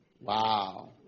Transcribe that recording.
Wow